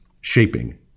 shaping